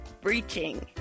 breaching